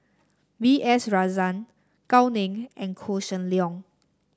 B S Rajhans Gao Ning and Koh Seng Leong